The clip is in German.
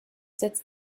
setzt